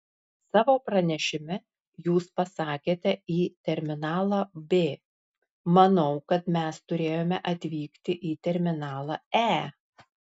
savo pranešime jūs pasakėte į terminalą b manau kad mes turėjome atvykti į terminalą e